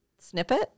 snippet